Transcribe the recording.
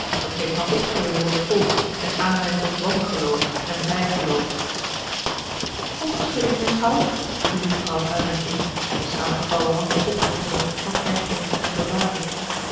dat geeft maar opschudding onder t volk en aanleiding tot wangeloof en bijgeloof opschudding heer schout viel nu vrouw heilwich in de saamgevouwen handen opheffende van ergernis en verbazing